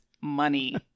money